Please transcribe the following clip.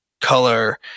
color